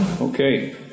Okay